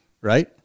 right